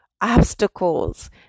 obstacles